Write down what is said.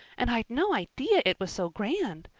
and i'd no idea it was so grand.